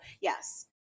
yes